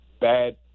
bad